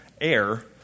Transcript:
air